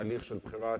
אין מה לומר,